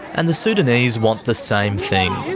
and the sudanese want the same thing.